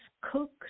cook